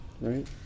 right